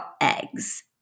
eggs